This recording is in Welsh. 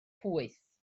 pwyth